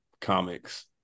comics